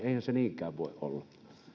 eihän se niinkään voi olla